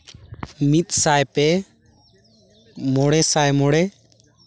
ᱢᱤᱫᱥᱟᱭ ᱯᱮ ᱢᱚᱬᱮ ᱥᱟᱭ ᱢᱚᱬᱮ